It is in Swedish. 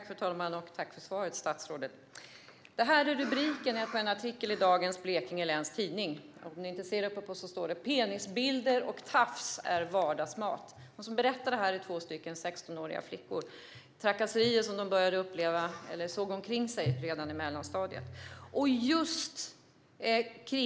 Fru talman! Tack, statsrådet för svaret! Det här är rubriken på en artikel i dagens Blekinge Läns Tidning: "Penisbilder och tafs är vardagsmat". De som berättar om det här är två 16-åriga flickor. De såg trakasserier omkring sig redan i mellanstadiet.